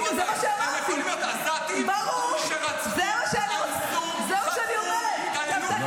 אסור לירות בהם.